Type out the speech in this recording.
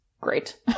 great